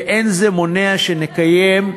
ואין זה מונע שנקיים,